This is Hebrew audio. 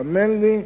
האמן לי,